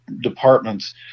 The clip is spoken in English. departments